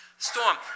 Storm